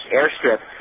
airstrip